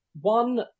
one